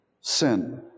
sin